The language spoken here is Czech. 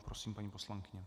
Prosím, paní poslankyně.